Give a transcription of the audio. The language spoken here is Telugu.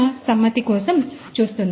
0 సమ్మతి కోసం చూస్తోంది